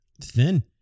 thin